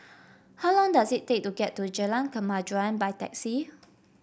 how long does it take to get to Jalan Kemajuan by taxi